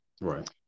Right